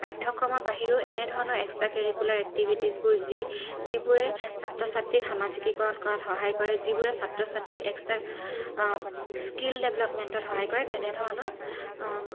পাঠ্যক্ৰমৰ বাহিৰেও এনেধৰণৰ এক্সট্ৰা কেৰিকুলাৰ এক্টিভিটিছবোৰ যি যিবোৰে ছাত্ৰ ছাত্ৰীক সামাজিকীকৰণ কৰাত সহায় কৰে যিবোৰে ছাত্ৰ ছাত্ৰীৰ এক্সট্ৰা স্কিল ডেভেলপমেণ্টত সহায় কৰে তেনেধৰণৰ